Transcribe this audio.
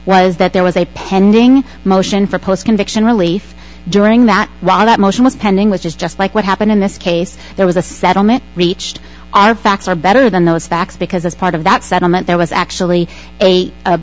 was that there was a pending motion for post conviction relief during that that motion was pending which is just like what happened in this case there was a settlement reached our facts are better than those facts because as part of that settlement there was actually a